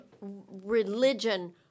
religion